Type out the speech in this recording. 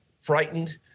frightened